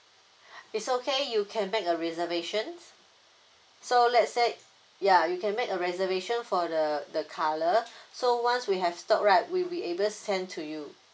it's okay you can make the reservations so let's say ya you can make a reservation for the the colour so once we have stock right we will be able send to you